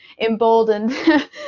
emboldened